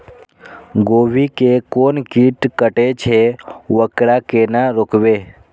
गोभी के कोन कीट कटे छे वकरा केना रोकबे?